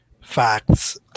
facts